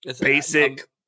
basic